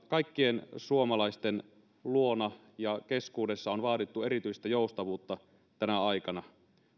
kaikkien suomalaisten luona ja keskuudessa on vaadittu erityistä joustavuutta tänä aikana